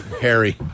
Harry